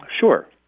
Sure